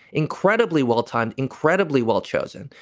incredibly well-timed, incredibly well chosen,